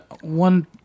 one